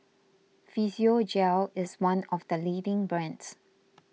Physiogel is one of the leading brands